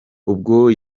ubwo